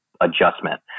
adjustment